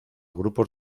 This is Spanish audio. grupos